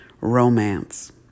romance